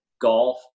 golf